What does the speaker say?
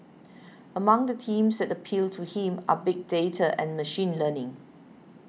among the themes that appeal to him are big data and machine learning